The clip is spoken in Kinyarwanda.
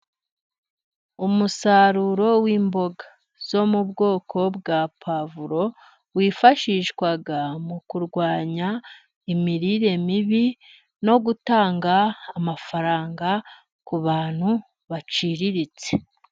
Umusaruro w'imboga zo mu bwoko bwa pavuro, wifashishwa mu kurwanya imirire mibi, no gutanga amafaranga ku bantu baciriritse.